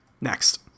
Next